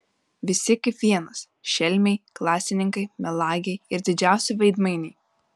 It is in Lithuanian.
visi kaip vienas šelmiai klastininkai melagiai ir didžiausi veidmainiai